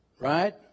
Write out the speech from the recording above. Right